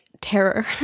terror